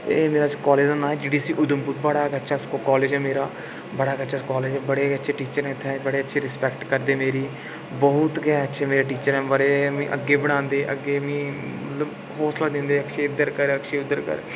ते एह् मेरा कालज दा नांऽ जी डी सी उधमपुर बड़ा गै अच्छा कालज ऐ मेरा बड़ा गै अच्छा कालज ऐ बड़े अच्छे टीचर न इत्थैं बड़े अच्छे रसपैक्ट करदे मेरी बहुत गै अच्छे मेरे टीचर ऐं बड़े गै मीं अग्गे बढांदे अग्गे मीं मतलब होसला दिंदे अक्षय इधर कर अक्षय उधर कर